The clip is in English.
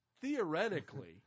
theoretically